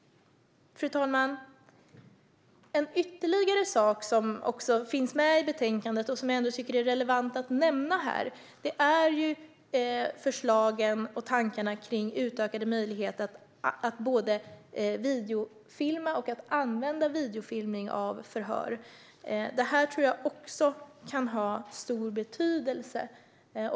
Fru talman! Ytterligare en sak som finns med i betänkandet och som jag ändå tycker är relevant att nämna här är förslagen och tankarna kring utökade möjligheter både att videofilma och att använda videofilmer från förhör. Detta tror jag också kan ha stor betydelse.